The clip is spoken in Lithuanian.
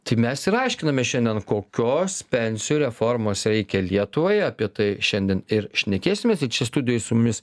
tai mes ir aiškinamės šiandien kokios pensijų reformos reikia lietuvai apie tai šiandien ir šnekėsimės ir čia studijoj su mumis